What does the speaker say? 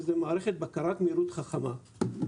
שזאת מערכת בקרת מהירות חכמה.